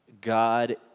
God